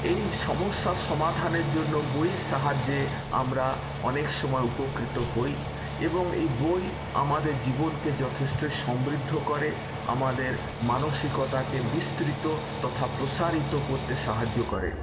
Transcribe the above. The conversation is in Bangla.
এই সমস্যা সমাধানের জন্য বইয়ের সাহায্যে আমরা অনেক সময় উপকৃত হই এবং এই বই আমাদের জীবনকে যথেষ্ট সমৃদ্ধ করে আমাদের মানসিকতাকে বিস্তৃত তথা প্রসারিত করতে সাহায্য করে